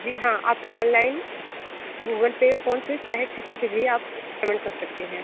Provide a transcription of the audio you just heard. जी हाँ आप online Google Pay PhonePe चाहें किसी पर भी आप पेमेंट कर सकते हैं